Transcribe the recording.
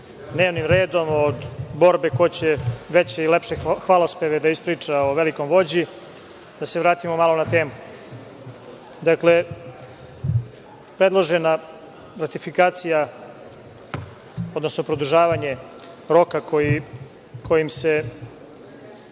dnevnim redom, od borbe ko će veće i lepše hvalospeve da ispriča o velikom vođi, da se vratimo malo na temu. Dakle, predložena ratifikacija, odnosno produžavanje roka kojim se